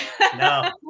No